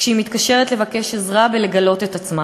כשהיא מתקשרת לבקש עזרה בלגלות את עצמה,